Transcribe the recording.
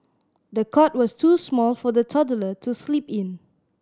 the cot was too small for the toddler to sleep in